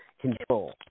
control